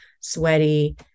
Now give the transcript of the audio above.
sweaty